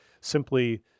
simply